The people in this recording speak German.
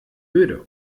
öde